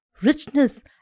richness